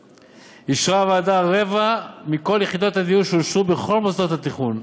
אישרה הוועדה רבע מכל יחידות הדיור שאושרו בכל מוסדות התכנון,